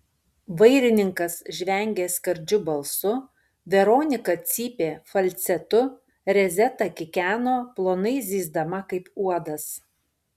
vairininkas žvengė skardžiu balsu veronika cypė falcetu rezeta kikeno plonai zyzdama kaip uodas